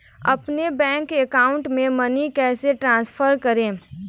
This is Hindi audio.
अपने बैंक अकाउंट से मनी कैसे ट्रांसफर करें?